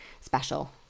special